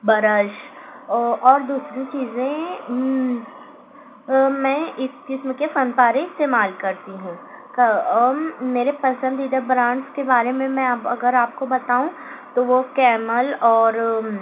brush اور دوسری چیزیں میں اس قسم کے فن پارے استعمال کرتی ہوں کہ میرے پسندیدہ برانڈس کے بارے میں میں اب اگر آپ کو بتاؤں تو وہ کیمل اور